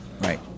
Right